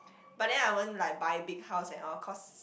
but then I won't like buy big house and all cause